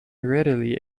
readily